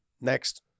Next